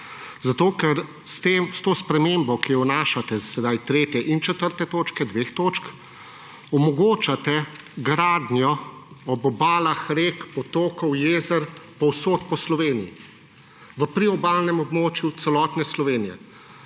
Zato ker s to spremembo, ki jo vnašate sedaj, 3. in 4. točke, dveh točk, omogočate gradnjo ob obalah rek, potokov, jezer povsod po Sloveniji. V priobalnem območju celotne Slovenije.